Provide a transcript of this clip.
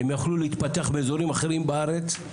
הם יכלו להתפתח באזורים אחרים בארץ.